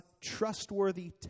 trustworthy